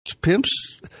Pimps